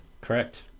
Correct